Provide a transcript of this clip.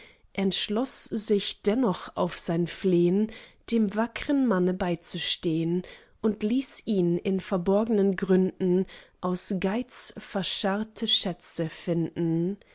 entschloß sich dennoch auf sein flehn dem wackern manne beizustehn und ließ ihn in verborgnen gründen aus geiz verscharrte schätze finden